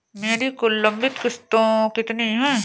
मेरी कुल लंबित किश्तों कितनी हैं?